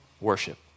worship